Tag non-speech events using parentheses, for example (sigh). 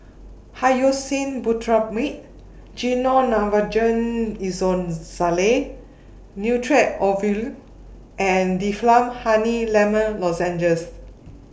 Hyoscine Butylbromide Gyno Lavogen (unintelligible) Nitrate Ovule and Difflam Honey Lemon Lozenges